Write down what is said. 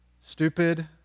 stupid